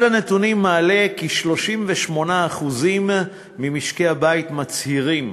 אחד הנתונים מעלה כי 38% ממשקי הבית מצהירים